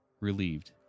relieved